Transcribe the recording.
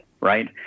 right